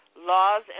laws